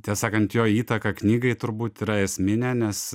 tiesą sakant jo įtaka knygai turbūt yra esminė nes